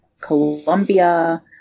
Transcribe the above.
Colombia